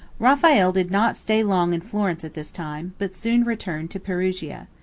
raphael did not stay long in florence at this time, but soon returned to perugia.